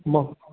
मां